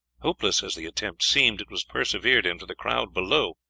hopeless as the attempt seemed, it was persevered in, for the crowd below,